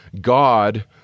God